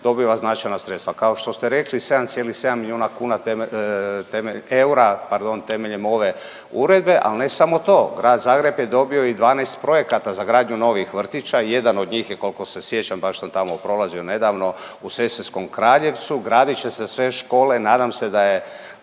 dobiva značajna sredstva. Kao što ste rekli 7,7 milijuna kuna teme…, teme…, eura, pardon, temeljem ove uredbe, al ne samo to, Grad Zagreb je dobio i 12 projekata za gradnju novih vrtića, jedan od njih je kolko se sjećam, baš sam tamo prolazio nedavno, u Sesvetskom Kraljevcu gradit će se sve škole, nadam se da je,